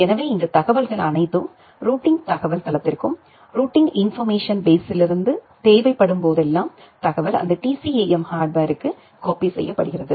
எனவே இந்த தகவல்கள் அனைத்தும் ரூட்டிங் தகவல் தளத்திற்கும் ரூட்டிங் இன்போர்மேஷன் பேஸ்லிருந்து தேவைப்படும் போதெல்லாம் தகவல் அந்த TCAM ஹார்ட்வேர்க்கு காப்பி செய்யப்படுகிறது